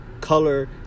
color